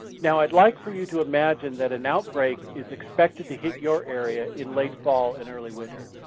now i'd like for you to imagine that an outbreak is expected to hit your area in late fall and early winter.